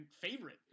favorite